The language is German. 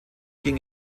ging